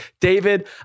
David